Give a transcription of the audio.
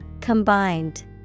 combined